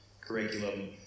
curriculum